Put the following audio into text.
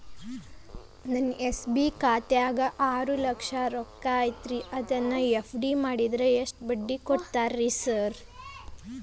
ನನ್ನ ಎಸ್.ಬಿ ಖಾತ್ಯಾಗ ಆರು ಲಕ್ಷ ರೊಕ್ಕ ಐತ್ರಿ ಅದನ್ನ ಎಫ್.ಡಿ ಮಾಡಿದ್ರ ಎಷ್ಟ ಬಡ್ಡಿ ಕೊಡ್ತೇರಿ ಸರ್?